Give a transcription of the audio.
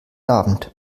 abend